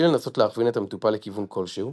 לנסות להכווין את המטופל לכיוון כלשהו,